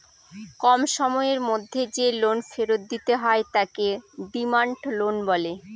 কম সময়ের মধ্যে যে লোন ফেরত দিতে হয় তাকে ডিমান্ড লোন বলে